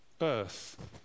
earth